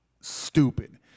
stupid